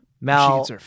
mal